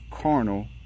carnal